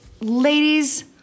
ladies